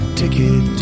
ticket